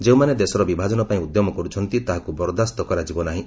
ଯେଉଁମାନେ ଦେଶର ବିଭାଜନ ପାଇଁ ଉଦ୍ୟମ କରୁଛନ୍ତି ତାହାକୁ ବରଦାସ୍ତ କରାଯିବ ନାହିଁ